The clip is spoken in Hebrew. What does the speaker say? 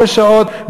שש שעות,